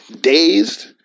dazed